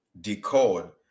decode